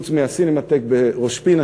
חוץ מהסינמטק בראש-פינה,